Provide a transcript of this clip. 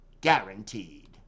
guaranteed